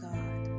God